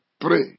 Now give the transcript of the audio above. Pray